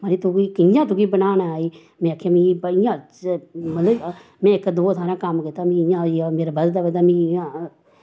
मड़ी तुगी कि'यां तुगी बनाना आई मैं आखेआ मिगी इयां मतलव में इक द'ऊं थाह्रैं कम्म कीता मिगी इ'यां होइया मेरा बधदा बधदा मिगी इयां